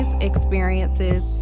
experiences